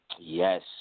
Yes